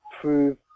prove